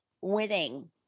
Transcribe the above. winning